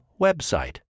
website